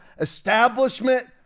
establishment